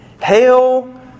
Hell